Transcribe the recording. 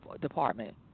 department